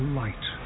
light